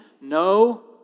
no